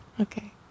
Okay